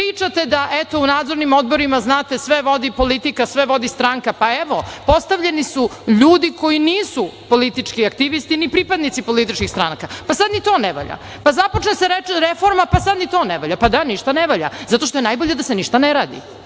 Pričate da, eto, u nadzornim odborima, znate, sve vodi politika, sve vodi stranka. Pa, evo, postavljeni su ljudi koji nisu politički aktivisti, ni pripadnici političkih stranaka. Sad ni to ne valja. Započne se reforma, pa sad ni to ne valja. Pa, da, ništa ne valja, zato što je najbolje da se ništa ne radi. Onda